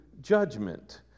judgment